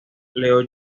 leo